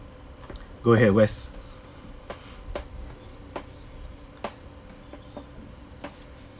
go ahead west